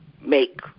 make